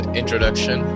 introduction